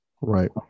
right